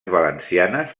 valencianes